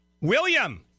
William